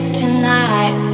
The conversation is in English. tonight